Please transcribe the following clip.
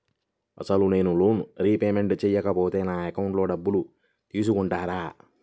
అసలు నేనూ loan repayment చేయకపోతే నా అకౌంట్లో డబ్బులు తీసుకుంటారా?